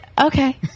Okay